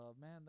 man